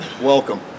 Welcome